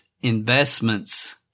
investments